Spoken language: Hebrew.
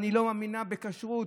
אני לא מאמינה בכשרות.